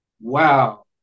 wow